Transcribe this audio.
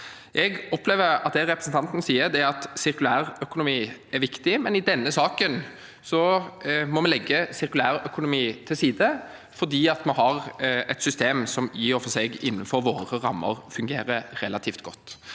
Jeg opplever at det representanten sier, er at sirkulærøkonomi er viktig, men at i denne saken må vi legge sirkulærøkonomi til side fordi vi har et system som i og for seg fungerer relativt godt